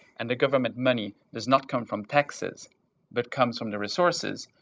and the government money does not come from taxes but comes from the resources,